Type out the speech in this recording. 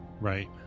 Right